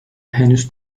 henüz